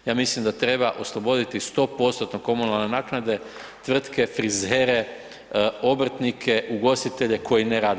Ja mislim da treba osloboditi 100%-tno komunalne naknade tvrtke, frizere, obrtnike, ugostitelje koji ne rade.